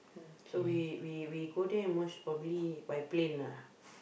so we we we go there most probably by plane ah